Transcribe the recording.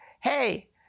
Hey